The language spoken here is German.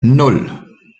nan